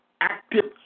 active